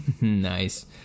nice